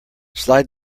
slide